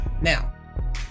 now